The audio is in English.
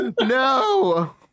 no